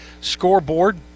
scoreboard